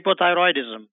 hypothyroidism